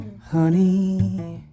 Honey